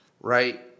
right